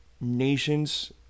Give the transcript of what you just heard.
nations